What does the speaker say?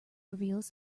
reveals